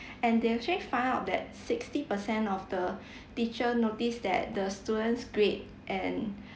and they actually find out that sixty percent of the teacher noticed that the students' grade and